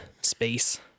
space